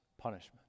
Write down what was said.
punishment